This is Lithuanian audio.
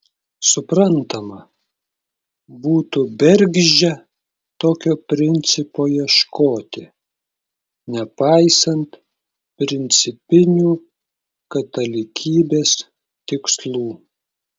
suprantama būtų bergždžia tokio principo ieškoti nepaisant principinių katalikybės tikslų